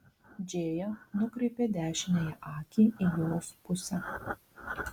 džėja nukreipė dešiniąją akį į jos pusę